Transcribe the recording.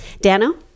Dano